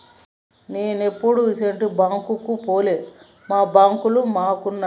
నేనెప్పుడూ ఇసుంటి బాంకుకు పోలే, మా బాంకులు మాకున్నయ్